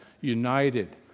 united